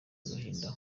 agahinda